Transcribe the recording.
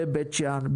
בבית שאן,